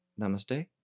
Namaste